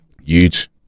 huge